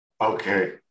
okay